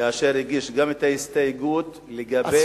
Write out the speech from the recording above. כאשר הגיש גם את ההסתייגות לגבי,